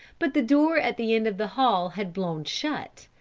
but the door at the end of the hall had blown shut,